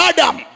Adam